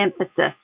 emphasis